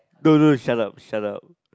no no shut up shut up